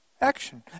action